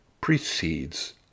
precedes